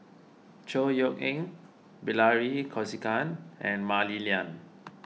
Chor Yeok Eng Bilahari Kausikan and Mah Li Lian